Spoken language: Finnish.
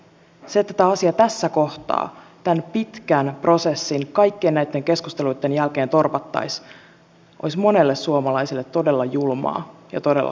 se että tämä asia tässä kohtaa tämän pitkän prosessin kaikkien näitten keskusteluitten jälkeen torpattaisiin olisi monelle suomalaiselle todella julmaa ja todella kohtuutonta